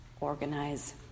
organize